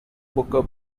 booker